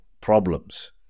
problems